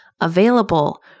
available